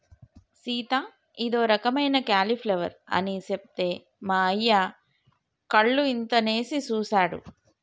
సీత ఇదో రకమైన క్యాలీఫ్లవర్ అని సెప్తే మా అయ్య కళ్ళు ఇంతనేసి సుసాడు